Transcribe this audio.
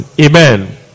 Amen